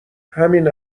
همین